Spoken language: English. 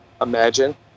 imagine